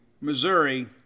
Missouri